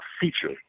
feature